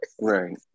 Right